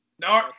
No